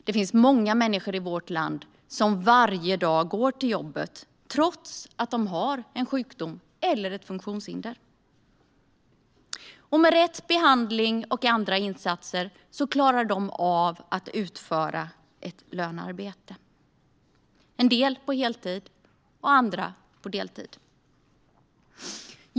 Det finns många människor i vårt land som går till jobbet varje dag, trots att de har en sjukdom eller ett funktionshinder. Med rätt behandling och andra insatser klarar de av att utföra lönearbete, en del på heltid och andra på deltid.